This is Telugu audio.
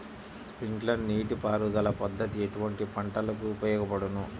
స్ప్రింక్లర్ నీటిపారుదల పద్దతి ఎటువంటి పంటలకు ఉపయోగపడును?